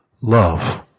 love